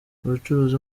ubucuruzi